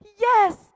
Yes